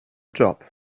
job